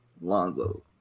Lonzo